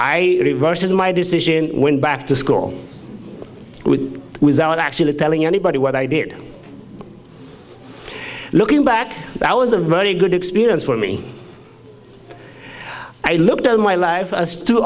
i reverse my decision when back to school with without actually telling anybody what i did looking back that was a very good experience for me i looked on my life as two